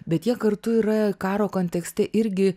bet jie kartu yra karo kontekste irgi